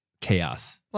chaos